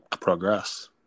progress